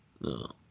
No